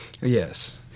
Yes